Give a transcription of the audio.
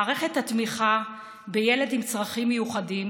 מערכת התמיכה בילד עם צרכים מיוחדים